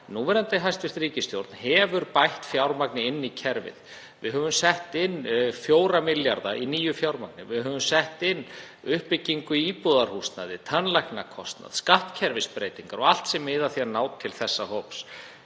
núverandi hæstv. ríkisstjórn hefur bætt fjármagni inn í kerfið. Við höfum sett inn 4 milljarða í nýju fjármagni. Við höfum sett fjármagn í uppbyggingu íbúðarhúsnæðis, tannlæknakostnað, skattkerfisbreytingar; allt sem miðar að því að ná til þessa hóps.